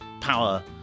power